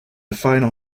final